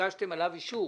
שביקשתם לגביו אישור.